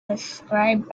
described